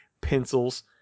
pencils